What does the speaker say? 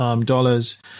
dollars